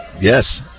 Yes